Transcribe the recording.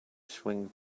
swing